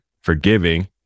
forgiving